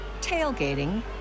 tailgating